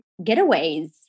getaways